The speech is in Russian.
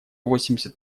восемьдесят